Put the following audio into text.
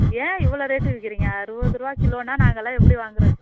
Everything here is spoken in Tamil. ஏன் இவ்வளோ ரேட்டு விற்குறீங்க அறுபது ருபா கிலோன்னா நாங்கெல்லாம் எப்படி வாங்குறது